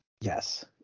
Yes